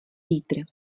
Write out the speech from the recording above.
vítr